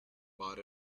bought